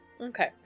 Okay